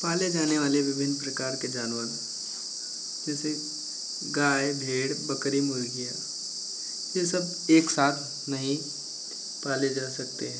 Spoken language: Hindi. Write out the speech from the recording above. पाले जाने वाले विभिन्न प्रकार के जानवर जैसे गाय भेड़ बकरी मुर्गी है ये सब एक साथ नहीं पाले जा सकते हैं